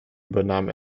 übernahm